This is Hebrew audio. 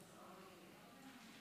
לא דמיוני, כי הוא נעשה,